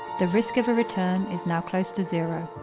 the risk of a return is now close to zero.